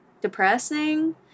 depressing